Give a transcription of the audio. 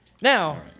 Now